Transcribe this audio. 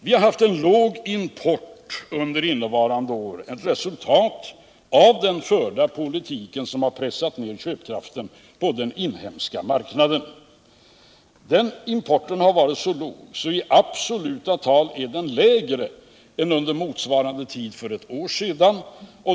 Vi har haft en låg import under innevarande år. Det är ett resultat av den förda politiken som har pressat ned köpkraften på den inhemska marknaden. Importen har varit så låg att den t.o.m. i absoluta tal är lägre än under motsvarande tid för ett år sedan.